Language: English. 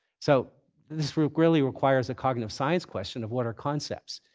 so this really really requires a cognitive science question of, what are concepts?